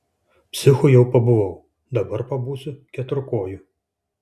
psichu jau pabuvau dabar pabūsiu keturkoju